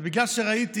אבל בגלל שראיתי,